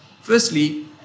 Firstly